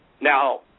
Now